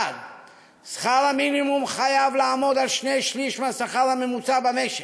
1. שכר המינימום חייב לעמוד על שני-שלישים מהשכר הממוצע במשק,